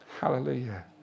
Hallelujah